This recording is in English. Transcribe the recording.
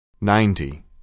ninety